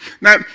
Now